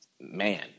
Man